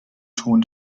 ton